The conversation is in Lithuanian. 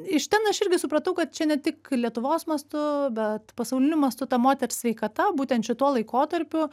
iš ten aš irgi supratau kad čia ne tik lietuvos mastu bet pasauliniu mastu ta moters sveikata būtent šituo laikotarpiu